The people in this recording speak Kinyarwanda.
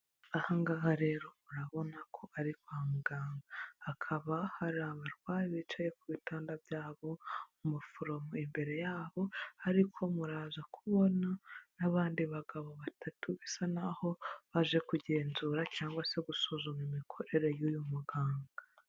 Aha ngaha rero murabona ko ari kwa muganga, hakaba hari abarwayi bicaye ku bitanda byabo, umuforomo imbere yabo, ariko muraza ku kubona n'abandi bagabo batatu bisa n'aho baje kugenzura cyangwa se gusuzuma imikorere y'uyu muganga.